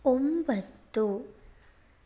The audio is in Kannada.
ಒಂಬತ್ತು